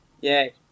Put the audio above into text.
Yay